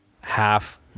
half